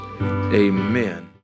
amen